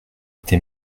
été